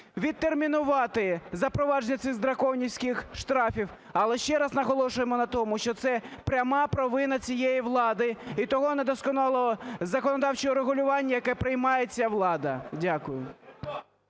відтермінувати запровадження цих драконівських штрафів. Але ще раз наголошуємо на тому, що це пряма провина цієї влади і того недосконалого законодавчого регулювання, яке приймає ця влада. Дякую.